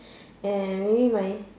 anyway